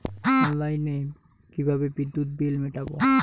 অনলাইনে কিভাবে বিদ্যুৎ বিল মেটাবো?